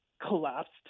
collapsed